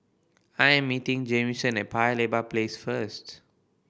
I am meeting Jamison at Paya Lebar Place first